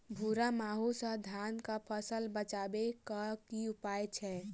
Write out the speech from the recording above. भूरा माहू सँ धान कऽ फसल बचाबै कऽ की उपाय छै?